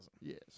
Yes